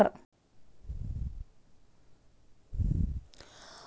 ಭಾಳ್ ಮಂದಿ ಸರಕ್ ಖರೀದಿ ಮಾಡೋರು ಮಾರಾಟ್ ಮಾಡೋರು ಒಂದೇ ಜಾಗ್ದಾಗ್ ಸೇರಿ ಕೆಲ್ಸ ಮಾಡ್ತಾರ್